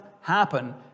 happen